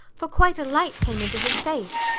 for quite a light came into his face,